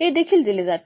हे देखील दिले जाते